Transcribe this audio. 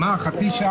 הם לא חלק מן הצו.